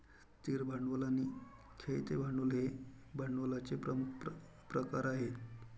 स्थिर भांडवल आणि खेळते भांडवल हे भांडवलाचे प्रमुख प्रकार आहेत